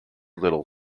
little